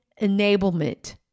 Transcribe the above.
enablement